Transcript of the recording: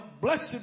Blessed